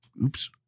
Oops